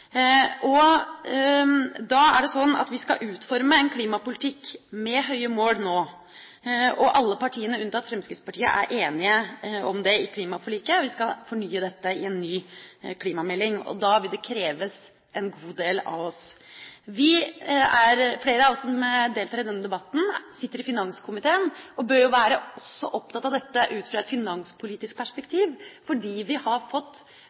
Da er det sånn at vi nå skal utforme en klimapolitikk med høye mål, og alle partiene, unntatt Fremskrittspartiet, var enige om det i klimaforliket. Vi skal fornye dette i en ny klimamelding. Det vil kreve en god del av oss. Flere av oss som deltar i denne debatten, sitter i finanskomiteen og bør også være opptatt av dette ut fra et finanspolitisk perspektiv, fordi vi har fått